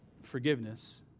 forgiveness